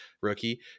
rookie